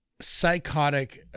psychotic